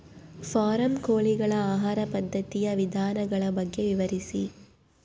Form ಕೋಳಿಗಳ ಆಹಾರ ಪದ್ಧತಿಯ ವಿಧಾನಗಳ ಬಗ್ಗೆ ವಿವರಿಸಿ?